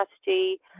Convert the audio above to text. strategy